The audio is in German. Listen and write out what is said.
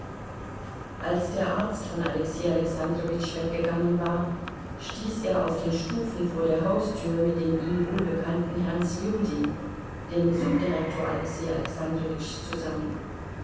als der arzt von alexei alexandrowitsch weggegangen war stieß er auf den stufen vor der haustür mit dem ihm wohlbekannten herrn sljudin dem subdirektor alexei alexandrowitschs zusammen